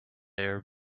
arab